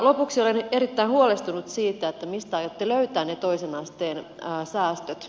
lopuksi olen erittäin huolestunut siitä mistä aiotte löytää ne toisen asteen säästöt